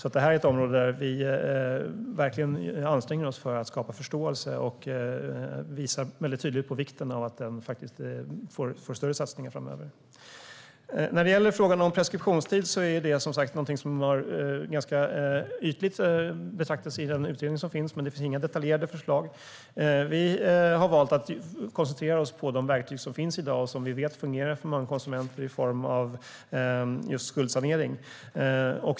Det här är alltså ett område där vi verkligen anstränger oss för att skapa förståelse och tydligt visa på vikten av att större satsningar görs framöver. Frågan om preskriptionstid har betraktats ytligt i den utredning som finns, men det finns inga detaljerade förslag. Vi har valt att koncentrera oss på de verktyg som finns i dag och som vi vet fungerar för många konsumenter i form av just skuldsanering.